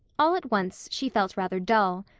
all at once she felt rather dull.